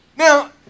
Now